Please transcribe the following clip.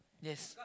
yes